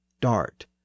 dart